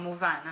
כמובן.